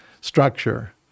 structure